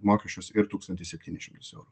mokesčius ir tūkstantį septynis šimtus eurų